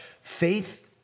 faith